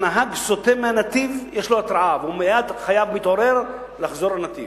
כשנהג סוטה מהנתיב יש לו התרעה והוא מייד חייב להתעורר ולחזור לנתיב.